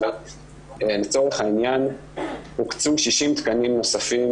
לצורך העניין הוקצו 60 תקנים נוספים